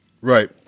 Right